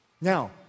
Now